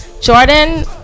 Jordan